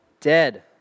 dead